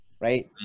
Right